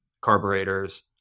carburetors